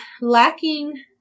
lacking